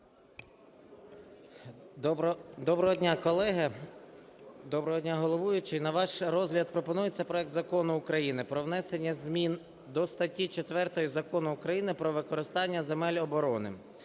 Доброго дня, колеги! Доброго дня, головуючий! На ваш розгляд пропонується проект Закону України про внесення зміни до статті 4 Закону України "Про використання земель оборони"